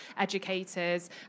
educators